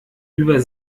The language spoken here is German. über